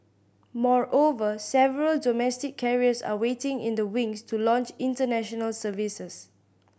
moreover several domestic carriers are waiting in the wings to launch international services